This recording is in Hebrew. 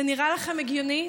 זה נראה לכם הגיוני?